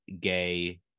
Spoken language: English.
gay